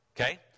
Okay